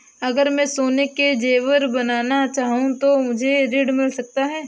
अगर मैं सोने के ज़ेवर बनाना चाहूं तो मुझे ऋण मिल सकता है?